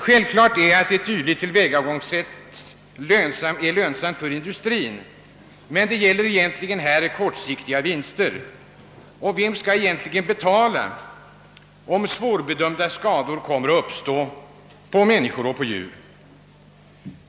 Självklart är att detta tillvägagångssätt är lönsamt för industrien, men här är det fråga om kortsiktiga vinster. Och vem skall betala, om svårbedömbara skador uppstår på människor och djur?